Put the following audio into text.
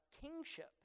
kingship